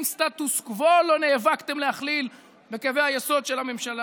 "סטטוס קוו" לא נאבקתם להכליל בקווי היסוד של הממשלה.